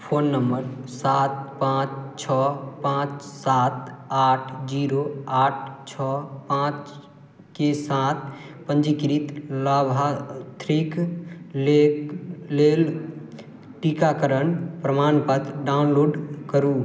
phone number सात पाँच छओ पाँच सात आठ जीरो आठ छओ पाँच के साथ पञ्जीकृत लाभार्थीक लेल टीकाकरण प्रमाणपत्र डाउनलोड करु